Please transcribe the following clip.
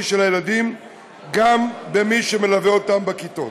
של הילדים גם במי שמלווה אותם בכיתות.